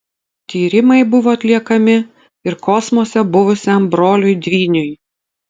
tyrimai buvo atliekami ir kosmose buvusiam broliui dvyniui